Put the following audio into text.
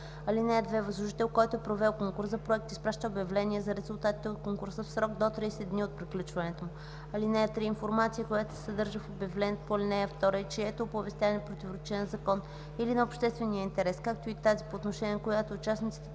(2) Възложител, който е провел конкурс за проект, изпраща обявление за резултатите от конкурса в срок до 30 дни от приключването му. (3) Информация, която се съдържа в обявлението по ал. 2 и чието оповестяване противоречи на закон или на обществения интерес, както и тази, по отношение на която участниците